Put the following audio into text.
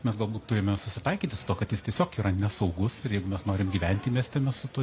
mes galbūt turime susitaikyti su tuo kad jis tiesiog yra nesaugus ir jeigu mes norim gyventi mieste mes su tuo